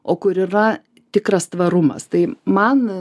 o kur yra tikras tvarumas tai man